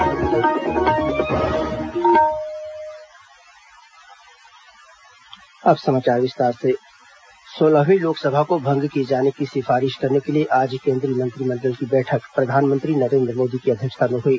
cabinet Congress बैठक सोलहवीं लोकसभा को भंग किए जाने की सिफारिश करने के लिए आज केंद्रीय मंत्रिमंडल की बैठक प्रधानमंत्री नरेंद्र मोदी की अध्यक्षता में हुई